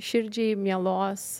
širdžiai mielos